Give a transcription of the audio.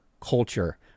culture